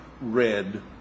red